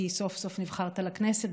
כי סוף-סוף נכנסת לכנסת,